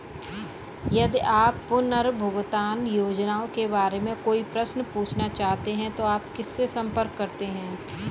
यदि आप पुनर्भुगतान योजनाओं के बारे में कोई प्रश्न पूछना चाहते हैं तो आप किससे संपर्क करते हैं?